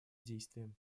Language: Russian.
действиям